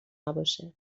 نباشه